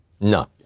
No